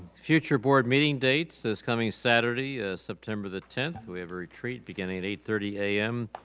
future board meeting dates this coming saturday, september the tenth, we have a retreat beginning at eight thirty a m.